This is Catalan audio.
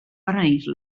beneir